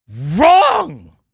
wrong